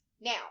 Now